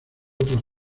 otros